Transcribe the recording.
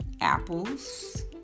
apples